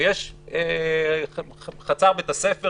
ויש חצר בית הספר